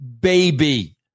baby